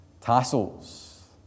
tassels